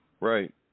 Right